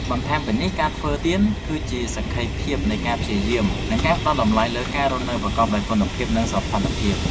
បន្ថែមពីនេះ ការធ្វើទៀនគឺជាសក្ខីភាពនៃការព្យាយាម និងការផ្ដល់តម្លៃលើការរស់នៅប្រកបដោយគុណភាព និងសោភ័ណភាព។